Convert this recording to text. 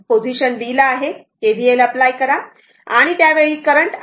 तर येथे KVL apply करा या लूप मध्ये KVLअप्लाय केल्यावर आपल्याला हे मिळेल